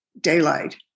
daylight